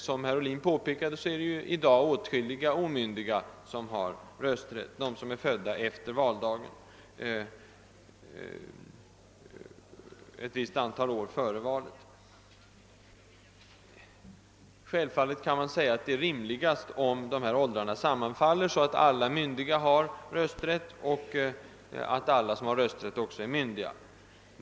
Som herr Ohlin påpekade, är det i dag åtskilliga omyndiga som äger rösträtt, nämligen de som är födda efter valdagen tjugo år före det aktuella valet. Självfallet kan man göra gällande att det är rimligast om dessa åldrar sammanfaller, så att alla myndiga har rösträtt och alla som har rösträtt också är myndiga.